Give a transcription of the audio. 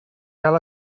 cal